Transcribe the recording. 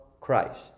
Christ